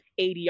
ADR